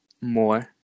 more